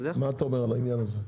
מה אתה אומר על העניין הזה?